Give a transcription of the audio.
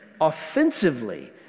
offensively